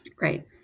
right